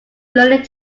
learning